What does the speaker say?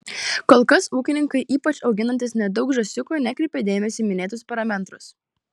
kol kas ūkininkai ypač auginantys nedaug žąsiukų nekreipia dėmesio į minėtus parametrus